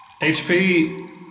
HP